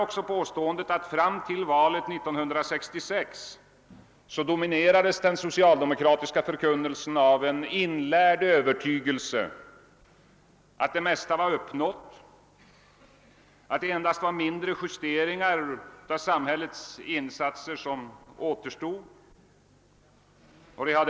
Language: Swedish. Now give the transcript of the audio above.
emellertid göra påståendet att den socialdemokratiska förkunnelsen fram till valet 1966 dominerades av en inlärd övertygelse om att de flesta mål redan hade uppnåtts och att endast några mindre justeringar av samhällets insatser återstod att göra.